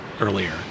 earlier